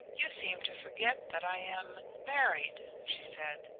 you seem to forget that i am married, she said.